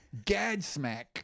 Gadsmack